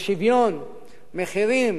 לשוויון מחירים